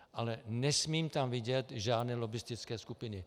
Ale nesmím tam vidět žádné lobbistické skupiny.